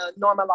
normalize